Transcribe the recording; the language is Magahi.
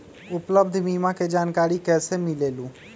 उपलब्ध बीमा के जानकारी कैसे मिलेलु?